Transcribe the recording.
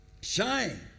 Shine